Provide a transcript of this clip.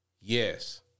Yes